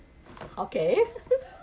okay